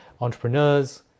entrepreneurs